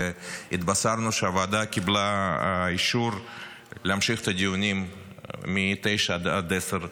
והתבשרנו שהוועדה קיבלה אישור להמשיך את הדיון מ-09:00 עד 10:00,